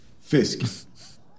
Fisk